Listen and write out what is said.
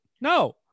no